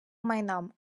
майном